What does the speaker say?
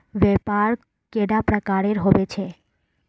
व्यापार कैडा प्रकारेर होबे चेक?